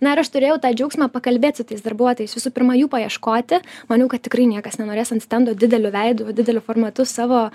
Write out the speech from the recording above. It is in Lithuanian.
na ir aš turėjau tą džiaugsmą pakalbėt su tais darbuotojais visų pirma jų paieškoti maniau kad tikrai niekas nenorės ant stendo dideliu veidu dideliu formatu savo